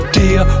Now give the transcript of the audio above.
dear